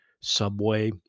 Subway